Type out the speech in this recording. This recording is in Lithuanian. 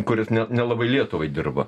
kuris net nelabai lietuvai dirba